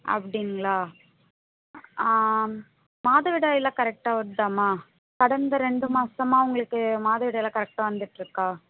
அப்படிங்களா மாதவிடாயெல்லாம் கரெக்டாக வருதாம்மா கடந்த ரெண்டு மாசமாக உங்களுக்கு மாதவிடாயெல்லாம் கரெக்டாக வந்துட்டுருக்கா